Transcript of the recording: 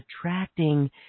attracting